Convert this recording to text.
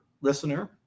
listener